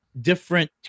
different